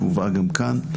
שהובאה גם כאן,